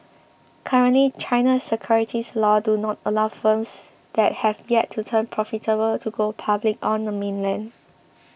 currently China's securities laws do not allow firms that have yet to turn profitable to go public on the mainland